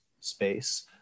space